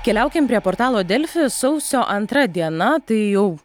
keliaukime prie portalo delfi sausio antra diena tai jau